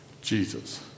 Jesus